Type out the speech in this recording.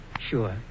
Sure